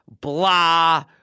blah